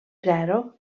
zero